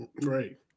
right